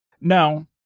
No